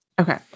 Okay